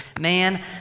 man